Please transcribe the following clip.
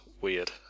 weird